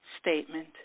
statement